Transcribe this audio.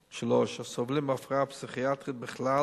3. הסובלים מהפרעה פסיכיאטרית בכלל